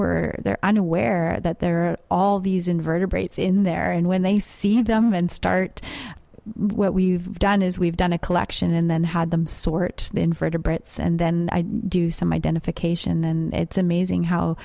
there unaware that there are all these invertebrates in there and when they see them and start what we've done is we've done a collection and then had them sort invertebrates and then do some identification and it's amazing how